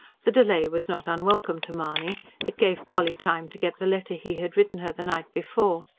the delay was not unwelcome to mahony it gave polly time to get the letter he had written her the night before.